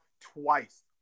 twice